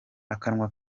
akanwa